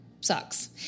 sucks